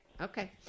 Okay